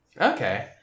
Okay